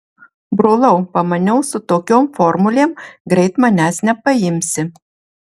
brolau pamaniau su tokiom formulėm greit manęs nepaimsi